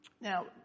now